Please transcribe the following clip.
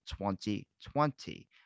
2020